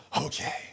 okay